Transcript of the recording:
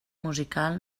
musical